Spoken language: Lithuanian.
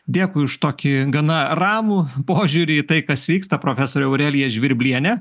dėkui už tokį gana ramų požiūrį į tai kas vyksta profesorė aurelija žvirblienė